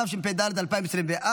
התשפ"ד 2024,